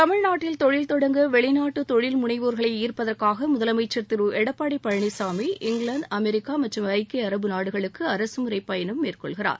தமிழ்நாட்டில் தொழில்தொடங்க வெளிநாட்டு தொழில்முனைவோர்களை ஈர்ப்பதற்காக முதலமைச்சர் திரு எடப்பாடி பழனிசாமி இங்கிலாந்து அமெரிக்கா மற்றும் ஐக்கிய அரபு நாடுகளுக்கு அரசுமுறை பயணம் மேற்கொள்கிறார்